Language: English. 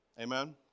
Amen